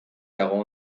dago